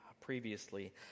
previously